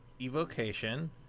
evocation